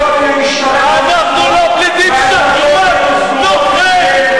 אנחנו לא פליטים, אנחנו חזרנו הביתה.